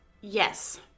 Yes